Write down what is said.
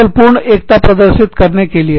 केवल पूर्ण एकता प्रदर्शित करने के लिए